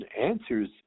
answers